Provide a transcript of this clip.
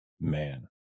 Man